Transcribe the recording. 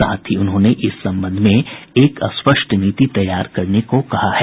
साथ ही उन्होंने इस संबंध में एक स्पष्ट नीति तैयार करने को कहा है